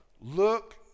look